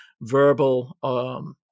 verbal